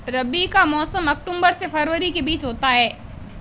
रबी का मौसम अक्टूबर से फरवरी के बीच होता है